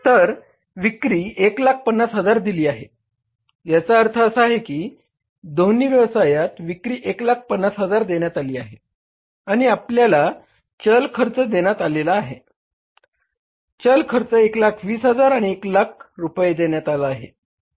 तर विक्री 150000 दिली आहे याचा अर्थ असा आहे की दोन्ही व्यवसायात विक्री 150000 देण्यात आली आहे आणि आपल्याला चल खर्च देण्यात आला आहे चल खर्च 120000 आणि 100000 रुपये देण्यात आला आहे